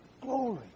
Glory